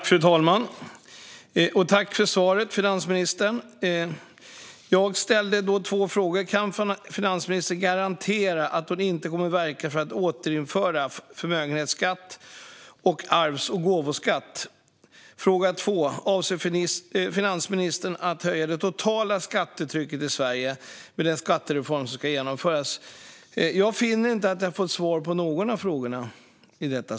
Fru talman! Tack för svaret, finansministern! Jag ställde två frågor: Kan finansministern garantera att hon inte kommer att verka för att återinföra förmögenhetsskatt och arvs och gåvoskatt? Och avser finansministern att höja det totala skattetrycket i Sverige med den skattereform som ska genomföras? Jag finner inte att jag har fått svar på någon av frågorna.